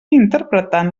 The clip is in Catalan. interpretant